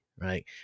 right